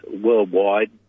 worldwide